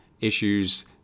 issues